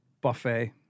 buffet